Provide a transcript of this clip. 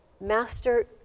Master